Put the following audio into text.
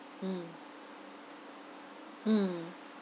mm mm